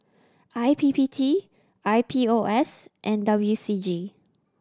I P P T I P O S and W C G